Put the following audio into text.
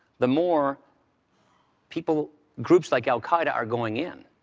the more people groups like al-qaida are going in.